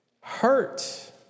hurt